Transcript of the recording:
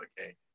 Okay